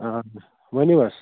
آہن حظ ؤنِو حظ